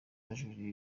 bajuririra